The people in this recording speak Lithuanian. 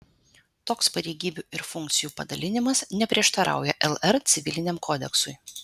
toks pareigybių ir funkcijų padalinimas neprieštarauja lr civiliniam kodeksui